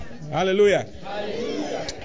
Hallelujah